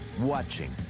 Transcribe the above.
watching